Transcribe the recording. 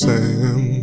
Sam